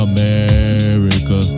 America